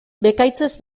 bekaitzez